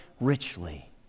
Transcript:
richly